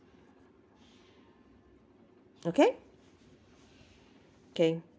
okay okay